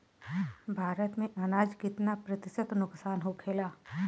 भारत में अनाज कितना प्रतिशत नुकसान होखेला?